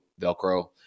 Velcro